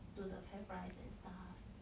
to the Fairprice and stuff